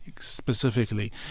specifically